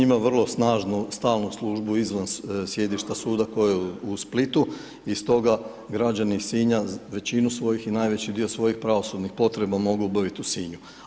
Sinj ima vrlo snažnu stalnu službu izvan sjedišta suda koji je u Splitu i stoga građani Sinja većinu svojih i najveći dio svojih pravosudnih potreba mogu obaviti u Sinju.